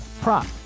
prop